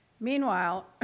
Meanwhile